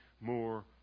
more